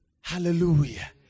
Hallelujah